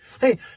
Hey